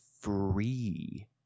free